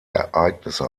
ereignisse